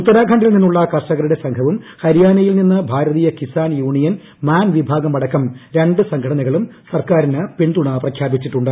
ഉത്തരാഖണ്ഡിൽ നിന്നുള്ള കർഷകരുടെ സംഘവും ഹരിയാനയിൽ നിന്ന് ഭാരതീയ കിസാൻ യൂണിയൻ മാൻ വിഭാഗം അടക്കം രണ്ട് സംഘടനകളും സർക്കാരിന് പിന്തുണ പ്രഖ്യാപിച്ചിട്ടുണ്ട്